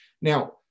Now